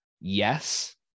Yes